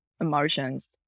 emotions